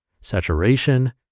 saturation